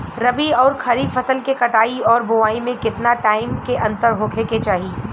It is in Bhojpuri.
रबी आउर खरीफ फसल के कटाई और बोआई मे केतना टाइम के अंतर होखे के चाही?